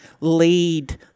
lead